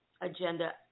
agenda